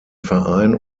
verein